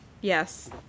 Yes